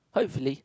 hopefully